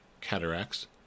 cataracts